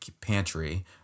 pantry